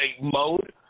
mode